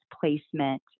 placement